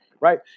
right